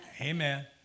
amen